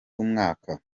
umwaka